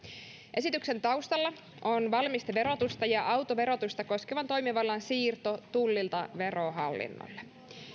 esityksen taustalla on valmisteverotusta ja autoverotusta koskevan toimivallan siirto tullilta verohallinnolle